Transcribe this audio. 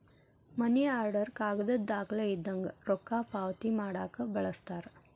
ಮನಿ order ಕಾಗದದ್ ದಾಖಲೆ ಇದ್ದಂಗ ರೊಕ್ಕಾ ಪಾವತಿ ಮಾಡಾಕ ಬಳಸ್ತಾರ